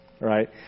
Right